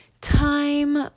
time